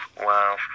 Wow